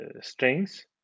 strings